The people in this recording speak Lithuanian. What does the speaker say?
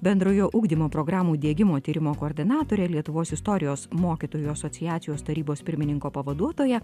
bendrojo ugdymo programų diegimo tyrimo koordinatore lietuvos istorijos mokytojų asociacijos tarybos pirmininko pavaduotoja